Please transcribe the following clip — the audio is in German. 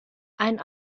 ein